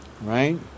Right